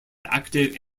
active